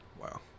Wow